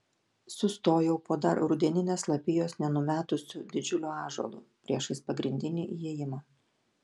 sustojau po dar rudeninės lapijos nenumetusiu didžiuliu ąžuolu priešais pagrindinį įėjimą